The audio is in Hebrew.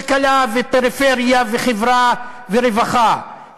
היא לא נפלה על ענייני כלכלה ופריפריה וחברה ורווחה,